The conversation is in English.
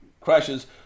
crashes